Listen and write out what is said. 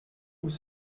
vous